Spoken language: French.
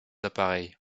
appareils